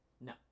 no